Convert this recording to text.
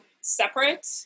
separate